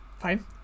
Fine